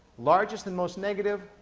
largest and most negative.